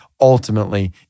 ultimately